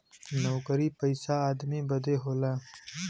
नउकरी पइसा आदमी बदे होला